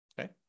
Okay